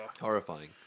Horrifying